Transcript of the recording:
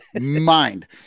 mind